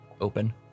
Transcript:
open